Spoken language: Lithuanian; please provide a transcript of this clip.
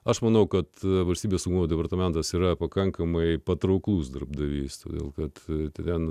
aš manau kad valstybės departamentas yra pakankamai patrauklus darbdavys todėl kad ten